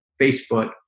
Facebook